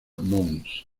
mons